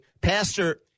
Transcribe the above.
Pastor